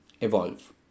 Evolve